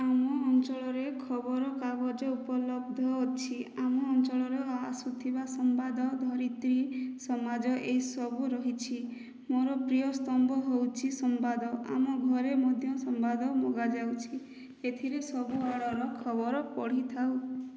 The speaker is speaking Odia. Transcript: ଆମ ଅଞ୍ଚଳରେ ଖବର କାଗଜ ଉପଲବ୍ଧ ଅଛି ଆମ ଅଞ୍ଚଳର ଆସୁଥିବା ସମ୍ବାଦ ଧରିତ୍ରୀ ସମାଜ ଏହିସବୁ ରହିଛି ମୋର ପ୍ରିୟ ସ୍ତମ୍ଭ ହେଉଛି ସମ୍ବାଦ ଆମ ଘରେ ମଧ୍ୟ ସମ୍ବାଦ ମଗା ଯାଉଛି ଏଥିରେ ସବୁ ଆଡ଼ର ଖବର ପଢ଼ିଥାଉ